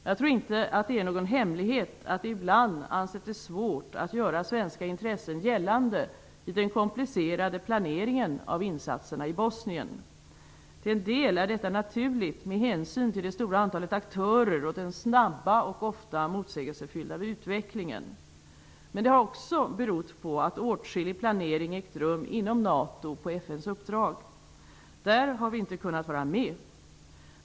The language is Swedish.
Jag tror inte att det är någon hemlighet att det ibland anses vara för svårt att göra svenska intressen gällande i den komplicerade planeringen av insatserna i Bosnien. Till en del är detta naturligt med hänsyn till det stora antalet aktörer och den snabba och ofta motsägelsefyllda utvecklingen. Men det har också berott på att åtskillig planering ägt rum inom NATO på FN:s uppdrag. Där har vi inte kunnat vara med.